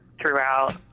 throughout